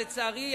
לצערי,